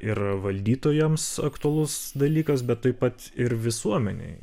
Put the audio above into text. ir valdytojams aktualus dalykas bet taip pat ir visuomenei